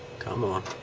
come on